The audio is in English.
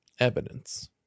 Evidence